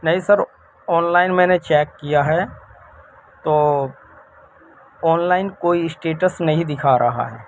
نہیں sir online میں نے چیک کیا ہے تو آن لائن کوئی اسٹیٹس نہیں دکھا رہا ہے